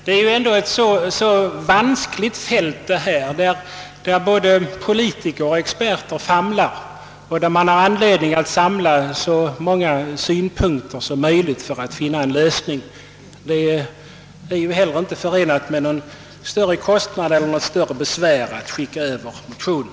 Det är här fråga om ett vanskligt fält där både politiker och experter famlar, varför det finns anledning att samla så många synpunkter som möjligt för att finna en lösning. Det är ju inte heller förenat med någon större kostnad eller något större besvär att skicka över motionerna.